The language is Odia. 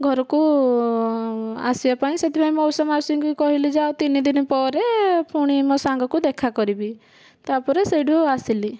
ଘରକୁ ଆସିବା ପାଇଁ ସେଥିପାଇଁ ମଉସା ମାଉସୀଙ୍କୁ କହିଲି ଯେ ଆଉ ତିନି ଦିନ ପରେ ପୁଣି ମୋ ସାଙ୍ଗକୁ ଦେଖା କରିବି ତାପରେ ସେଇଠୁ ଆସିଲି